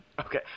Okay